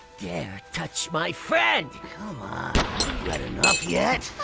dare touch my friend! come on. haven't you had enough yet!